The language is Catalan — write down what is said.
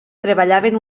treballaven